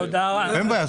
אין בעיה.